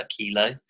kilo